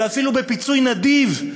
ואפילו בפיצוי נדיב,